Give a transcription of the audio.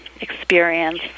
experience